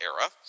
era